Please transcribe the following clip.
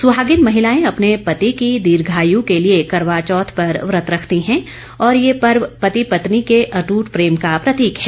सुहागिन महिलाएं अपने पति की दीर्घायू के लिए करवाचौथ पर व्रत रखती हैं और ये पर्व पति पत्नी के अटूट प्रेम का प्रतीक है